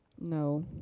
No